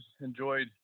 enjoyed